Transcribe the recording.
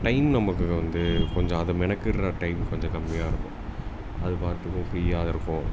time நமக்கு வந்து கொஞ்சம் அதை மெனக்கெடுற டைம் கொஞ்சம் கம்மியாக இருக்கும் அது பாட்டுக்கு ஃப்ரீயாக இருக்கும்